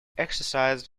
exercised